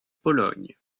pologne